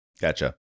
Gotcha